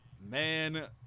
man